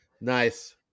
Nice